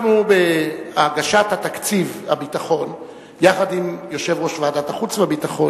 בהגשת תקציב הביטחון יחד עם יושב-ראש ועדת החוץ והביטחון.